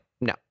No